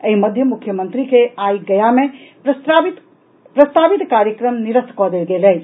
एहि मध्य मुख्यमंत्री के आई गया मे प्रस्तावित कार्यक्रम निरस्त कऽ देल गेल अछि